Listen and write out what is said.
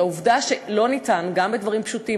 העובדה שלא ניתן גם בדברים פשוטים